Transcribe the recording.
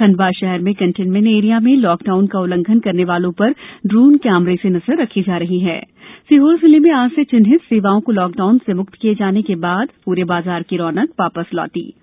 खण्डवा शहर में containment area में लॉक डाउन का उल्लंघन करने वालों पर ड्रोन कैमरे से नजर रखी जा रही है सीहोर जिले में आज से चिन्हित सेवाओं को लॉकडाउन से म्क्त किए जाने के बाद पूरे बाजार की रोनक वापस लौटती दिखी